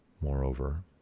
moreover